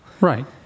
Right